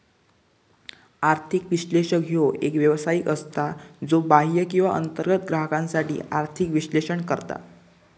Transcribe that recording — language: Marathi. आर्थिक विश्लेषक ह्यो एक व्यावसायिक असता, ज्यो बाह्य किंवा अंतर्गत ग्राहकांसाठी आर्थिक विश्लेषण करता